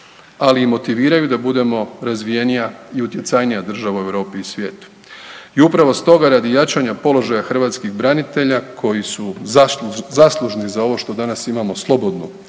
ali i motiviraju da budemo razvijenije i utjecajnija država u Europi i svijetu. I upravo stoga radi jačanja položaja hrvatskih branitelja koji su zaslužni za ovo što danas imamo slobodnu